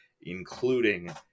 including